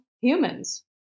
humans